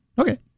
Okay